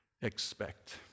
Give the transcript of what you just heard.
expect